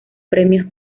premios